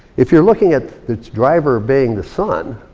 if you're looking at its driver being the sun,